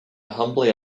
humbly